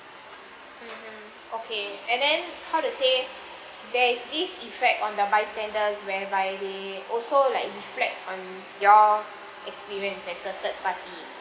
mmhmm okay and then how to say there is this effect on the bystanders whereby they also like reflect on your experience as a third party